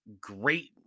great